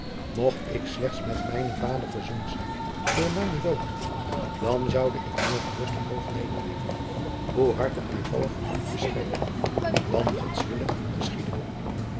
mocht ik slechts met mijnen vader verzoend zijn voor mijnen dood dan zoude ik meer gerust het hoofd nederleggen hoe hard het mij valle van u te scheiden dan gods wille geschiede